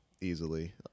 easily